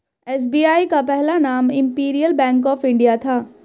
SBI का पहला नाम इम्पीरीअल बैंक ऑफ इंडिया था